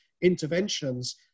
interventions